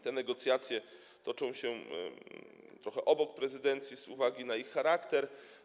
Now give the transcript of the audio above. Te negocjacje toczą się trochę obok prezydencji z uwagi na ich charakter.